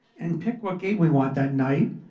and pick what game we want that night.